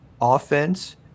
offense